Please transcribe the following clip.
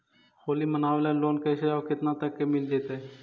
होली मनाबे ल लोन कैसे औ केतना तक के मिल जैतै?